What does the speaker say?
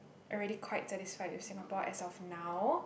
already quite satisfied with Singapore as of now